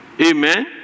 Amen